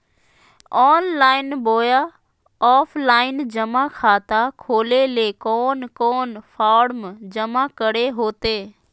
Online बोया offline जमा खाता खोले ले कोन कोन फॉर्म जमा करे होते?